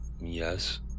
Yes